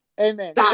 Amen